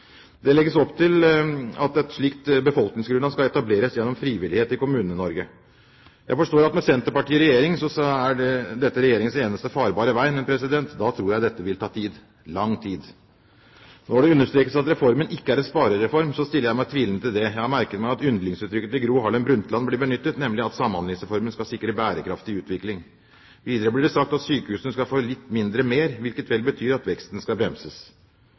Det legges opp til at et slikt befolkningsgrunnlag skal etableres gjennom frivillighet i Kommune-Norge. Jeg forstår at med Senterpartiet i regjering er dette Regjeringens eneste farbare vei, men da tror jeg dette vil ta tid – lang tid. Når det understrekes at reformen ikke er en sparereform, stiller jeg meg tvilende til det. Jeg har merket meg at yndlingsuttrykket til Gro Harlem Brundtland blir benyttet, nemlig at Samhandlingsreformen skal sikre bærekraftig utvikling. Videre blir det sagt at sykehusene skal få litt mindre mer, hvilket vel betyr at veksten skal bremses.